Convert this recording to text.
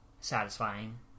satisfying